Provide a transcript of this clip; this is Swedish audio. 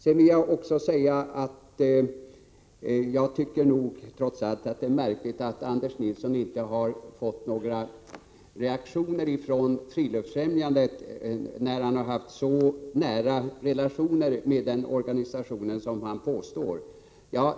Sedan vill jag också säga att jag tycker det är märkligt att Anders Nilsson inte har fått några reaktioner från Friluftsfrämjandet, om han nu har haft så nära relationer med den organisationen som han påstår.